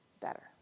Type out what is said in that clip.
better